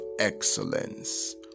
excellence